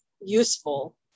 useful